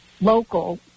local